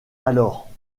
alors